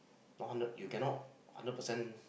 not hundred you cannot hundred percent